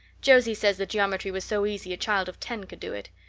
josie says the geometry was so easy a child of ten could do it!